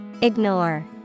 Ignore